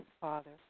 Father